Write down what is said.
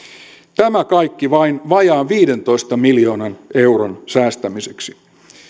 tämä kaikki vain vajaan viidentoista miljoonan euron säästämiseksi